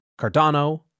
Cardano